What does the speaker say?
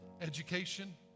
education